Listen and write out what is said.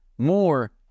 more